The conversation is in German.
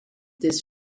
des